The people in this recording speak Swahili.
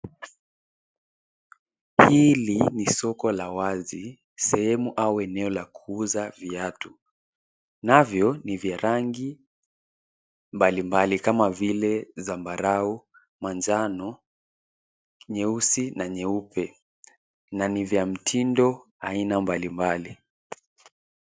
Hili ni soko la wazi sehemu au eneo la kuuza viatu. Navyo ni vya rangi mbalimbali kama vile zambarau, manjano, nyeusi na nyeupe, na ni vya mtindo aina mbalimbali.